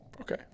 Okay